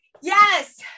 Yes